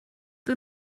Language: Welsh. ble